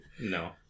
No